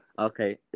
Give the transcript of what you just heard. Okay